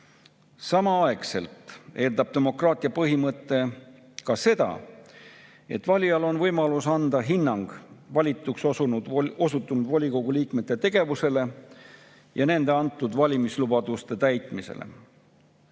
Samaaegselt eeldab demokraatia põhimõte ka seda, et valijal on võimalus anda hinnang valituks osutunud volikogu liikmete tegevusele ja nende antud valimislubaduste täitmisele.